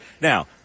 Now